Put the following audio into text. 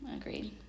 Agreed